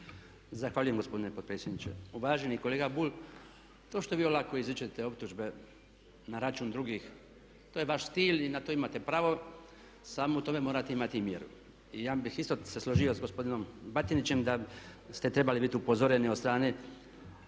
Zahvaljujem gospodine potpredsjedniče. Uvaženi kolega Bulj, to što vi olako izričite optužbe na račun drugih to je vaš stil i na to imate pravo samo u tome morati imati mjeru. I ja bih se isto složio sa gospodinom Batinićem da ste trebali biti upozoreni od strane